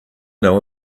know